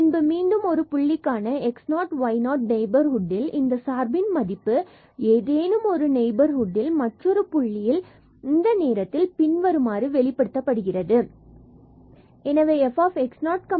பின்பு மீண்டும் ஒரு புள்ளிக்கான x0y0 நெய்பர்ஹுட்டில் இந்த சார்பின் மதிப்பு ஏதேனும் நெய்பர்ஹுட்டில் மற்றொரு புள்ளியில் இந்த நேரத்தில் பின்வருமாறு வெளிப்படுத்தப்படுகிறது fx0hy0k fx0y0h∂xk∂yfx0y012